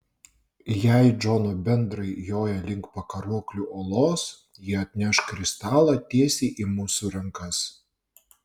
jei džono bendrai joja link pakaruoklių uolos jie atneš kristalą tiesiai į mūsų rankas